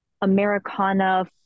Americana